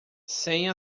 sem